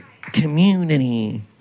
community